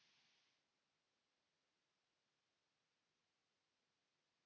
Kiitos.